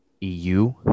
EU